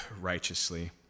righteously